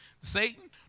Satan